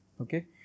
Okay